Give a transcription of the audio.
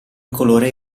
colore